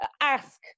ask